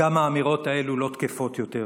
גם האמירות האלה לא תקפות יותר.